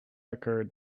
occurred